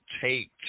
take